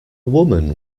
woman